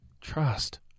Trust